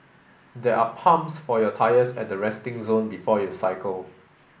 there are pumps for your tyres at the resting zone before you cycle